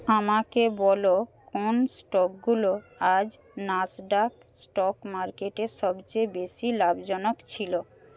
আমাকে বলো কোন স্টকগুলো আজ নাসডাক স্টকমার্কেটে সবচেয়ে বেশী লাভজনক ছিল